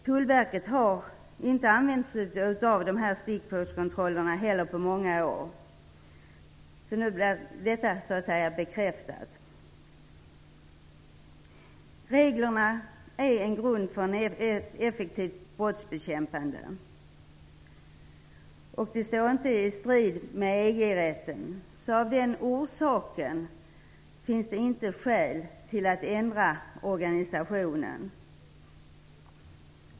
Tullverket har inte heller använt sig av stickprovskontroller på många år. Nu blir alltså detta så att säga bekräftat. Reglerna är en grund för ett effektivt brottsbekämpande, och de står inte i strid med EG-rätten. Av den orsaken finns det inte skäl att ändra organisationen.